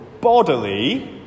bodily